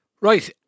Right